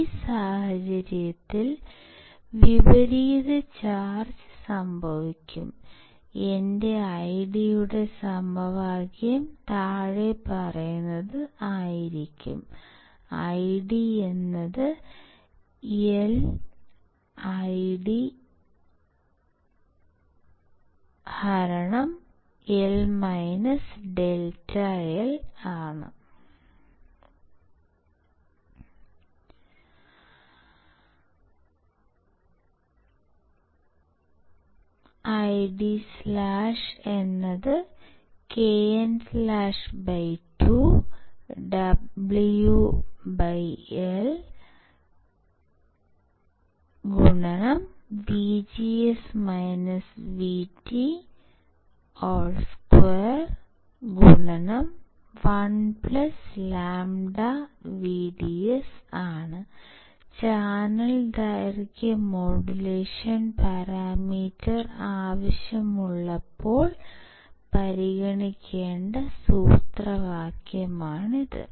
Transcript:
ഈ സാഹചര്യത്തിൽ വിപരീത ചാർജ് സംഭവിക്കും എന്റെ ID യുടെ സമവാക്യം താഴെ പറയുന്നത് ആയിരിക്കും ID LIDL ∆L IDkn2WL2 1λVDS channel ദൈർഘ്യ മോഡുലേഷൻ പരാമീറ്റർ ആവശ്യമുള്ളപ്പോൾ പരിഗണിക്കേണ്ട സൂത്രവാക്യമാണിത്